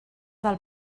del